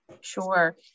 Sure